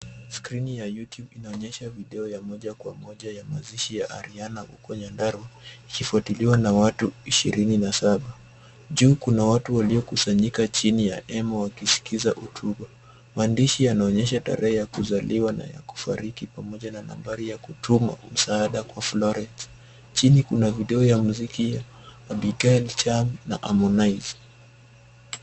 Skrini ya Youtube, inaonyesha video ya moja kwa moja ya mazishi ya Ariana huko nyandarua, ikifuatiliwa na watu 27. Juu kuna watu waliokusanyika chini ya hema wakisikiza hotuba. Maandishi yanaonyesha tarehe ya kuzaliwa na ya kufariki, pamoja na nambari ya kutuma msaada kwa Florence. Chini kuna video ya muziki Abigail Charm na Harmonize.